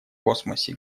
космосе